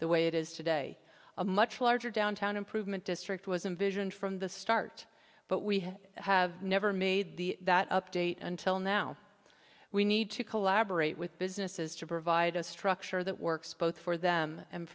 the way it is today a much larger downtown improvement district was envisioned from the start but we have never made the that update until now we need to collaborate with businesses to provide a structure that works both for